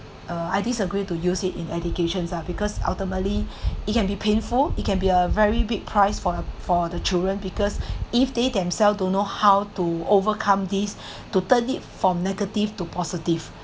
uh I disagree to use it in education uh because ultimately it can be painful it can be a very big price for for the children because if they themselves don't know how to overcome this totally from negative to positive